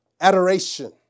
adoration